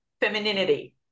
femininity